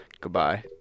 Goodbye